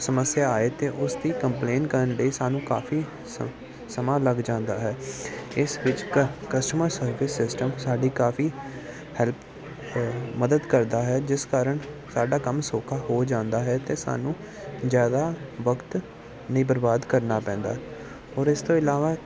ਸਮੱਸਿਆ ਆਏ ਤਾਂ ਉਸ ਦੀ ਕੰਪਲੇਨ ਕਰਨ ਲਈ ਸਾਨੂੰ ਕਾਫੀ ਸਮ ਸਮਾਂ ਲੱਗ ਜਾਂਦਾ ਹੈ ਇਸ ਵਿੱਚ ਕ ਕਸਟਮਰ ਸਰਵਿਸ ਸਿਸਟਮ ਸਾਡੀ ਕਾਫੀ ਹੈਲਪ ਮਦਦ ਕਰਦਾ ਹੈ ਜਿਸ ਕਾਰਨ ਸਾਡਾ ਕੰਮ ਸੌਖਾ ਹੋ ਜਾਂਦਾ ਹੈ ਅਤੇ ਸਾਨੂੰ ਜ਼ਿਆਦਾ ਵਕਤ ਨਹੀਂ ਬਰਬਾਦ ਕਰਨਾ ਪੈਂਦਾ ਔਰ ਇਸ ਤੋਂ ਇਲਾਵਾ